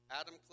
Adam